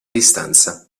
distanza